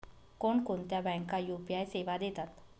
कोणकोणत्या बँका यू.पी.आय सेवा देतात?